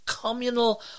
communal